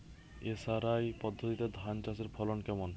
SRI পদ্ধতিতে ধান চাষের ফলন কেমন?